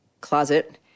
closet